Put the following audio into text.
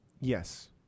Yes